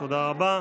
תודה רבה.